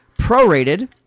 prorated